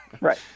Right